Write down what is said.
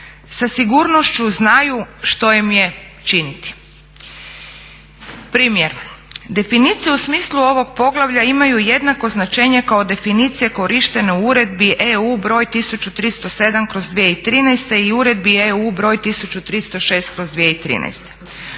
sa sigurnošću znaju što im je činiti. Primjer. Definicije u smislu ovog poglavlja imaju jednako značenje kao definicije korištene u uredbi EU broj 1307/2013 i Uredbe EU broj 1306/2013.